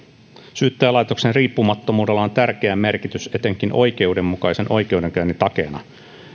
syyttäjälaitoksen riippumattomuudella on tärkeä merkitys etenkin oikeudenmukaisen oikeudenkäynnin takeena